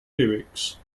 lyrics